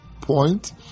point